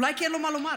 אולי כי אין לו מה לומר.